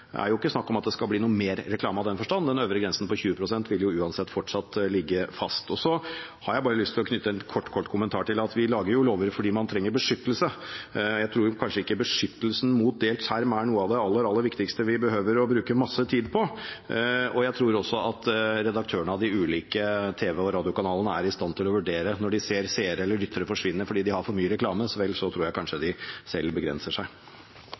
ikke er snakk om at det skal bli noe mer reklame i den forstand. Den øvre grensen på 20 pst. vil uansett fortsatt ligge fast. Så har jeg bare lyst til å knytte en kort, kort kommentar til at vi jo lager lover fordi man trenger beskyttelse. Jeg tror kanskje ikke beskyttelsen mot delt skjerm er noe av det aller, aller viktigste vi behøver å bruke masse tid på. Jeg tror også at redaktørene av de ulike tv- og radiokanalene er i stand til å vurdere selv – når de ser seere eller lyttere forsvinne fordi de har for mye reklame, tror jeg kanskje de selv begrenser seg.